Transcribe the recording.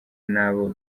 nabo